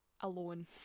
alone